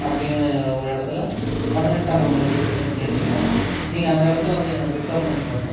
அப்படின்னு ஒரு இடத்துல பதினெட்டாம் நம்பர் வீட்டுக்கிட்ட நின்றுட்ருக்குறேன் நீங்கள் அந்த இடத்துல வந்து என்னை பிக்கப் பண்ணிக்கோங்க